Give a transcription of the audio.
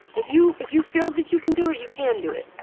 if you if you feel that you can do it, you can do it.